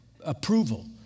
approval